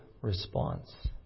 response